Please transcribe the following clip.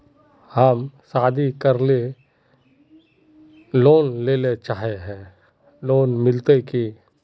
हम शादी करले लोन लेले चाहे है लोन मिलते की?